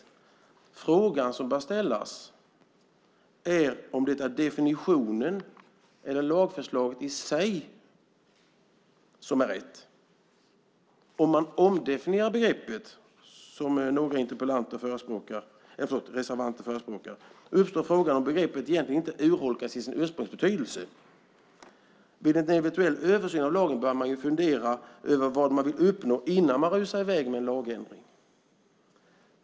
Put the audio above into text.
Den fråga som bör ställas är om det är definitionen eller lagförslaget i sig som är rätt. Om man omdefinierar begreppet, som några reservanter förespråkar, uppstår frågan om begreppet egentligen inte urholkas i sin ursprungsbetydelse. Vid en eventuell översyn av lagen bör man ju fundera över vad man vill uppnå innan man rusar iväg med en lagändring.